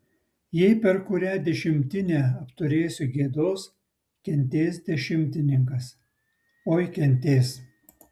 jei per kurią dešimtinę apturėsiu gėdos kentės dešimtininkas oi kentės